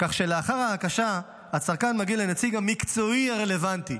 כך שלאחר ההקשה הצרכן מגיע לנציג המקצועי הרלוונטי.